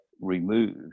removed